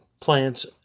plants